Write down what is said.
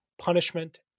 Punishment